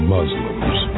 Muslims